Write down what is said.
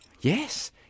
Yes